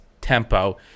tempo